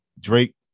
Drake